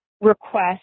request